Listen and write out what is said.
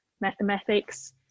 mathematics